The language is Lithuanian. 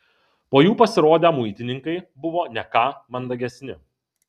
po jų pasirodę muitininkai buvo ne ką mandagesni